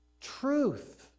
truth